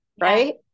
right